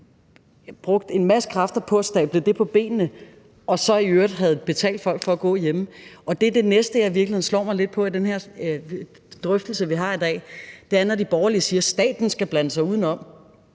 brugt en masse kræfter på at stable det på benene og så i øvrigt havde betalt folk for at gå hjemme, og det er det næste, jeg i virkeligheden slår mig lidt på i den her drøftelse, vi har i dag. Det er, når de borgerlige siger: Staten skal blande sig udenom.